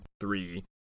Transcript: three